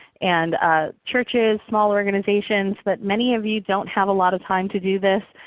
and ah churches, small organizations, that many of you don't have a lot of time to do this.